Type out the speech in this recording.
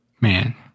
man